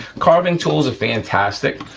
carving tools are fantastic.